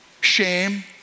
shame